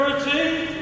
Security